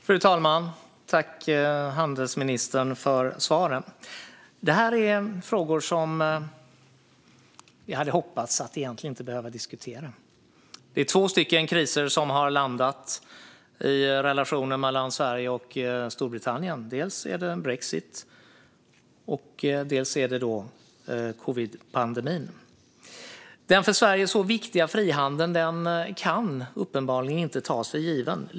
Fru talman! Tack, handelsministern, för svaren! Det här är frågor som jag egentligen hade hoppats inte behöva diskutera. Det är två kriser som har drabbat relationen mellan Sverige och Storbritannien. Dels är det brexit, och dels är det covid-19-pandemin. Den för Sverige så viktiga frihandeln kan uppenbarligen inte tas för given.